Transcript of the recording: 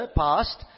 past